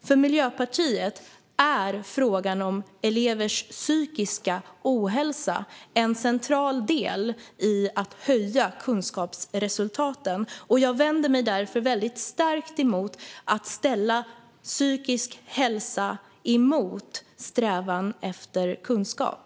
För Miljöpartiet är frågan om elevers psykiska ohälsa en central del i att höja kunskapsresultaten. Jag vänder mig därför skarpt mot att ställa psykisk hälsa mot strävan efter kunskap.